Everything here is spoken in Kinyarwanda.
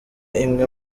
imwe